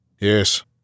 Yes